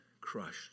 Crushed